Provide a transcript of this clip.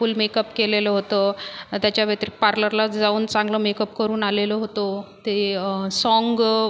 फूल makeup केलेलं होतं त्याच्या व्यतिरिक्त पार्लरला जाऊन चांगलं मेकअप करून आलेलो होतो ते साँग